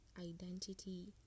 identity